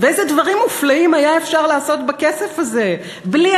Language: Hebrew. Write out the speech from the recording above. ואיזה דברים מופלאים היה אפשר לעשות בכסף הזה בלי,